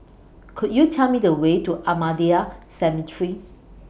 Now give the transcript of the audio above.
Could YOU Tell Me The Way to Ahmadiyya Cemetery